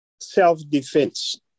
self-defense